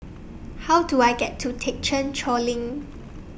How Do I get to Thekchen Choling